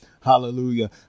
Hallelujah